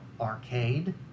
arcade